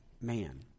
man